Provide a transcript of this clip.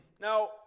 Now